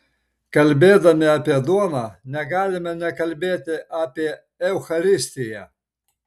kalbėdami apie duoną negalime nekalbėti apie eucharistiją